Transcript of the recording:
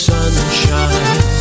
Sunshine